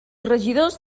regidors